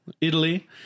Italy